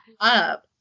up